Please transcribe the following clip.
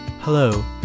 Hello